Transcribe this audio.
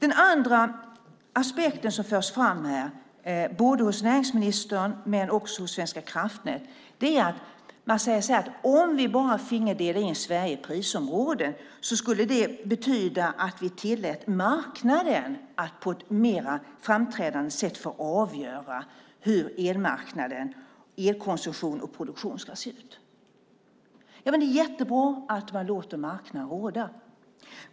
En annan aspekt som förs fram både hos näringsministern och hos Svenska kraftnät är följande: Om vi bara finge dela in Sverige i prisområden skulle det betyda att vi tillät marknaden att på ett mer framträdande sätt få avgöra hur elmarknaden - elkonsumtionen och elproduktionen - ska se ut. Det är jättebra att man låter marknaden råda.